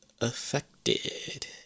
affected